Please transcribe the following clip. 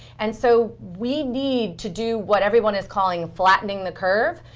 and so we need to do what everyone is calling flattening the curve.